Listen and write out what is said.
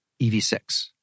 EV6